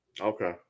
Okay